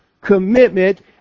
commitment